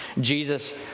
Jesus